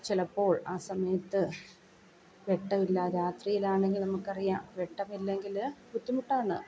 ചിലപ്പോൾ ആ സമയത്ത് വെട്ടമില്ലാ രാത്രിയിലാണെങ്കിൽ നമുക്കറിയാം വെട്ടമില്ലെങ്കിൽ ബുദ്ധിമുട്ടാണ്